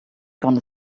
gonna